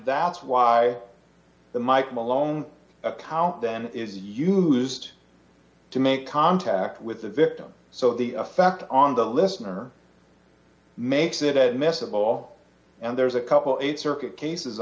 that's why the mike malone account then is used to make contact with the victim so the effect on the listener makes it a mess of law and there's a couple eight circuit cases